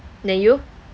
no you